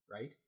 Right